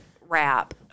wrap